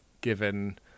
given